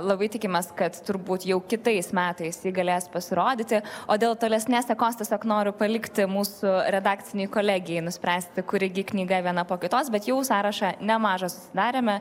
labai tikimės kad turbūt jau kitais metais ji galės pasirodyti o dėl tolesnės sekos tiesiog noriu palikti mūsų redakcinei kolegijai nuspręsti kuri gi knyga viena po kitos bet jau sąrašą nemažą sudarėme